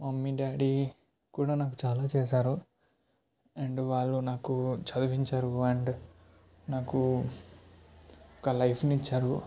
mummy daddy కూడా నాకు చాలా చేశారు అండ్ వాళ్ళు నాకు చదివించారు అండ్ నాకు ఒక లైఫ్ని ఇచ్చారు